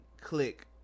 click